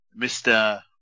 Mr